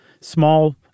small